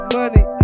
money